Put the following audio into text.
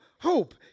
Hope